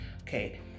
okay